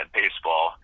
baseball